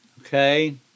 okay